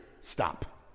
stop